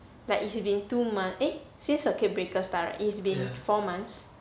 like it's been two months eh since circuit breaker start right it's been four months